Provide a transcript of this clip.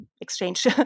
exchange